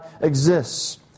exists